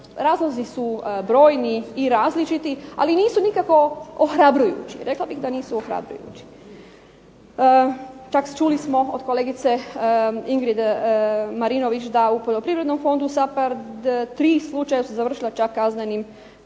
razlozi su brojni i različiti, ali nisu nikako ohrabrujući. Rekla bih da nisu ohrabrujući. Čuli smo od kolegice Ingrid Marinović da u poljoprivrednom fondu SAPHARD 3 slučaja su završila čak kaznenim